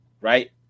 right